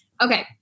Okay